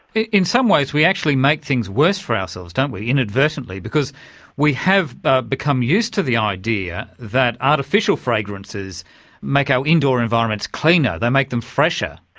in some ways we actually make things worse for ourselves, don't we, inadvertently, because we have ah become used to the idea that artificial fragrances make our indoor environments cleaner, they make them fresher.